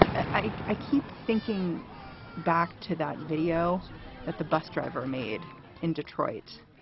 i keep thinking back to that video that the bus driver made in detroit.